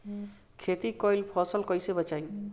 खेती कईल फसल कैसे बचाई?